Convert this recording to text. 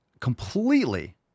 completely